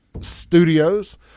studios